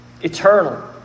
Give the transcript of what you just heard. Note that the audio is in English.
Eternal